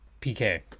PK